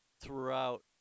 throughout